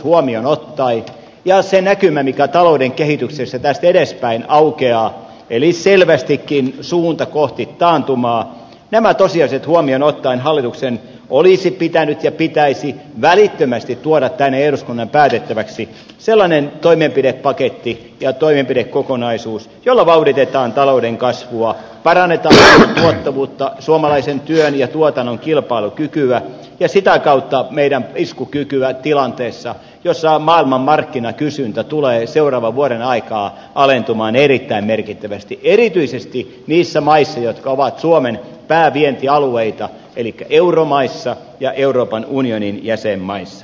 kun on se näkymä mikä talouden kehityksessä tästä edespäin aukeaa eli selvästikin suunta on kohti taantumaa nämä tosiasiat huomioon ottaen hallituksen olisi pitänyt ja pitäisi välittömästi tuoda tänne eduskunnan päätettäväksi sellainen toimenpidepaketti ja toimenpidekokonaisuus jolla vauhditetaan talouden kasvua parannetaan tuottavuutta suomalaisen työn ja tuotannon kilpailukykyä ja sitä kautta meidän iskukykyämme tilanteessa jossa maailmanmarkkinakysyntä tulee seuraavan vuoden aikaan alentumaan erittäin merkittävästi erityisesti niissä maissa jotka ovat suomen päävientialueita elikkä euromaissa ja euroopan unionin jäsenmaissa